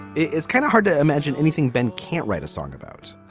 it's kind of hard to imagine anything ben can't write a song about.